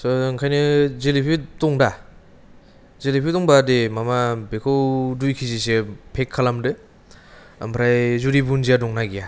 जो ओंखायनो जेलिफि दं दा जेलिफि दंबा दे माबा बेखौ दुइखिजिसो पेक खालामदो ओमफ्राय जुरि भुनजिया दं ना गैया